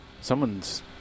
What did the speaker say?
Someone's